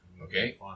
Okay